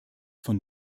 von